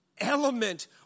element